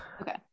okay